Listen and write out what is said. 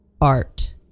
art